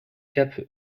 cap